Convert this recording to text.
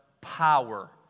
power